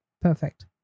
Perfect